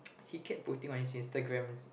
he kept putting on his Instagram